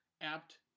apt